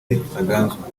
ntaganzwa